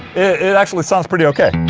it actually sounds pretty okay